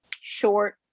short